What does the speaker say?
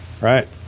Right